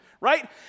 right